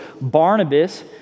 Barnabas